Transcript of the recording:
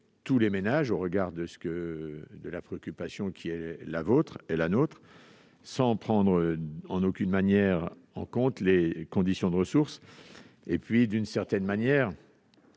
tous les ménages au regard de la préoccupation qui est la vôtre et la nôtre, sans prendre aucunement en compte les conditions de ressources. Enfin, d'une certaine manière,